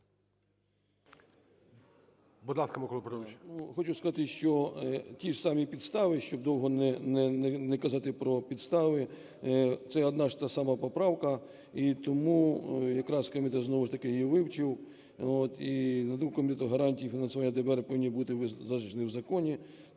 Хочу сказати, що ті ж самі підстави, щоб довго не казати про підстави, це одна ж та сама поправка, і тому якраз комітет знову ж таки її вивчив. І, на думку комітету, гарантії фінансування ДБР повинні бути зазначені в законі.